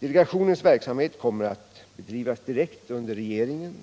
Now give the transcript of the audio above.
Delegationens verksamhet kommer att bedrivas direkt under regeringen.